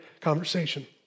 conversation